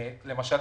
למשל,